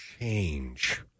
change